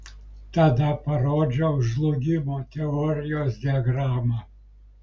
tada parodžiau žlugimo teorijos diagramą